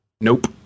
Nope